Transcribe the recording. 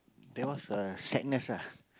there was a sadness ah